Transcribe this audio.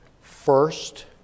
first